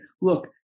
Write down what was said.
look